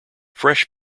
fresh